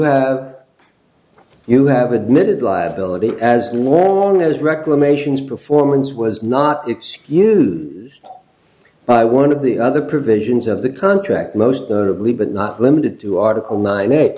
have you have admitted liability as morning as reclamation is performance was not excuse by one of the other provisions of the contract most notably but not limited to article nine